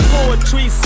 Poetry